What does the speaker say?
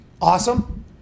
awesome